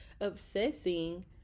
obsessing